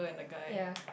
ya